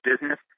business